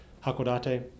Hakodate